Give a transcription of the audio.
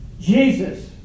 Jesus